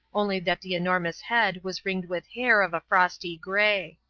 only that the enormous head was ringed with hair of a frosty grey.